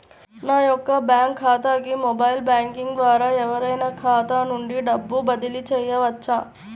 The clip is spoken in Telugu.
నా యొక్క బ్యాంక్ ఖాతాకి మొబైల్ బ్యాంకింగ్ ద్వారా ఎవరైనా ఖాతా నుండి డబ్బు బదిలీ చేయవచ్చా?